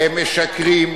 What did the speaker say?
הם משקרים,